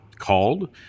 called